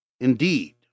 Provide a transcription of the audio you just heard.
Indeed